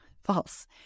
false